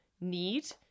need